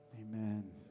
Amen